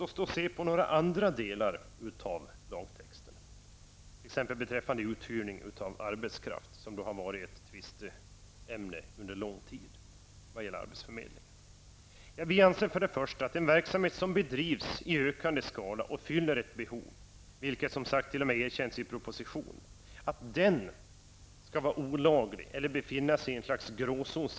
Låt oss se på några andra delar av den föreslagna lagtexten, t.ex. beträffande uthyrning av arbetskraft, som varit ett tvisteämne under lång tid. Vi anser först och främst att det är stötande för den allmänna rättskänslan att en verksamhet som bedrivs i ökande omfattning och fyller ett behov, vilket t.o.m. erkänns i propositionen, skall vara olaglig eller befinna sig i en gråzon.